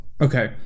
Okay